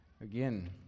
again